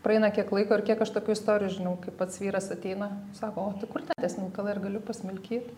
praeina kiek laiko ir kiek aš tokių istorijų žinau kai pats vyras ateina sako o tai kur tie tie smilkalai ar galiu pasmilky